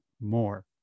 more